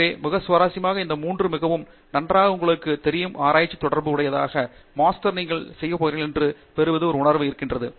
எனவே மிக சுவாரசியமாக இந்த மூன்றும் மிகவும் நன்றாக உங்களுக்கு தெரியும் ஆராய்ச்சி தொடர்பு உதாரணமாக மாஸ்டர் நீங்கள் சேர்ந்து போகிறது என சிறந்த மற்றும் பெறுவது ஒரு உணர்வு எங்கே